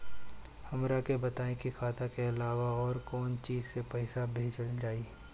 हमरा के बताई की खाता के अलावा और कौन चीज से पइसा भेजल जाई?